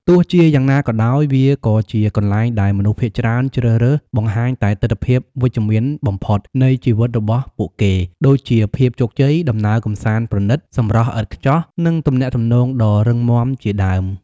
ទោះជាយ៉ាងណាក៏ដោយ វាក៏ជាកន្លែងដែលមនុស្សភាគច្រើនជ្រើសរើសបង្ហាញតែទិដ្ឋភាពវិជ្ជមានបំផុតនៃជីវិតរបស់ពួកគេ ដូចជាភាពជោគជ័យ ដំណើរកម្សាន្តប្រណីត សម្រស់ឥតខ្ចោះ និងទំនាក់ទំនងដ៏រឹងមាំជាដើម។